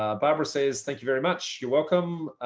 ah barbara says, thank you very much. you're welcome.